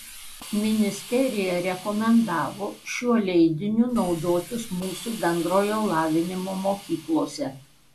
ministerija rekomendavo šiuo leidiniu naudotis mūsų bendrojo lavinimo mokyklose